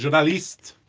but at least